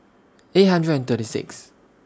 eight hundred and thirty six